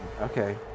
okay